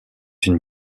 une